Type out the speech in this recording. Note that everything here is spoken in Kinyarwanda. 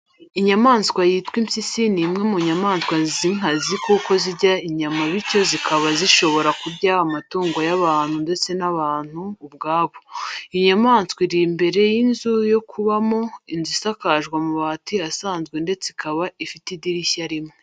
Inyamaswa yitwa impyisi ni imwe mu nyamaswa z'inkazi kuko zirya inyama bityo zikaba zishobora kurya amatungo y'abantu ndetse n'abantu ubwabo. Iyo nyamaswa iri imbere y'inzu yo kubamo; inzu isakajwe amabati asnzwe ndetse ikaba ifite idirishya rimwe